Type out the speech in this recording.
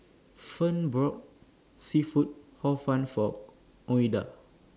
Fern brought Seafood Hor Fun For Ouida